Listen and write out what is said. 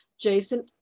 Jason